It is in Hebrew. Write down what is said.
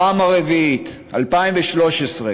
הפעם הרביעית, 2013,